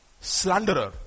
Slanderer